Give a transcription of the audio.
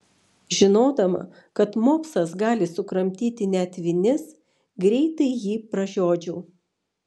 žinodama kad mopsas gali sukramtyti net vinis greitai jį pražiodžiau